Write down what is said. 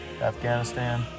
Afghanistan